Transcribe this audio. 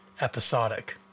episodic